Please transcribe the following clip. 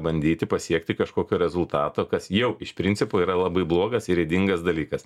bandyti pasiekti kažkokio rezultato kas jau iš principo yra labai blogas ir ydingas dalykas